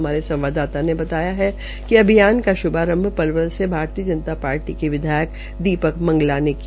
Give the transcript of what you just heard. हमारे संवाददाता ने बताया कि अभियान का श्भारंभ पलवल से भारतीय जनता पार्टी के विधायक दीपक मंगला ने किया